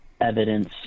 evidence